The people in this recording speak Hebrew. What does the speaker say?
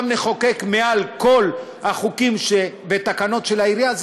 עכשיו נחוקק מעל כל החוקים והתקנות של העירייה?